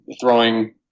throwing